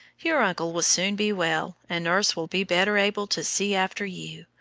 your uncle will soon be well, and nurse will be better able to see after you.